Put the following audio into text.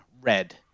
red